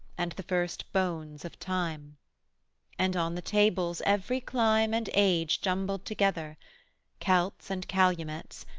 and the first bones of time and on the tables every clime and age jumbled together celts and calumets,